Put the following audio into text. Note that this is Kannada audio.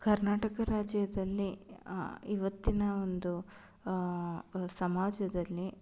ಕರ್ನಾಟಕ ರಾಜ್ಯದಲ್ಲಿ ಇವತ್ತಿನ ಒಂದು ಸಮಾಜದಲ್ಲಿ